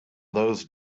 those